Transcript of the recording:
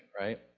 right